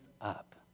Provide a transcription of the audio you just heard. up